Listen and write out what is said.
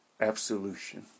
absolution